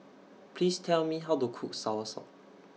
Please Tell Me How to Cook Soursop